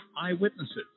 eyewitnesses